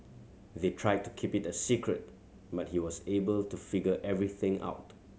they tried to keep it a secret but he was able to figure everything out